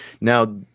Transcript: now